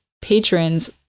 patrons